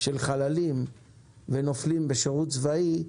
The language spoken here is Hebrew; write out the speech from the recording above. של חללים ונופלים בשירות צבאי,